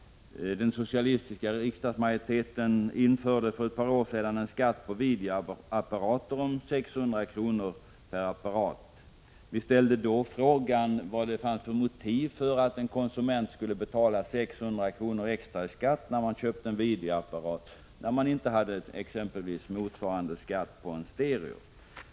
Den socialistiska riksdagsmajoriteten införde för ett par år sedan en skatt på videoapparater om 600 kr. per apparat. Vi ställde då frågan vad det fanns för motiv för att en konsument skulle betala 600 kr. extra i skatt vid köp av en videoapparat när motsvarande skatt inte fanns på t.ex. en stereo.